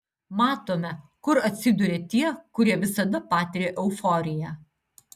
matome kur atsiduria tie kurie visada patiria euforiją